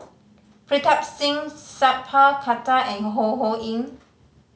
Pritam Singh Sat Pal Khattar and Ho Ho Ying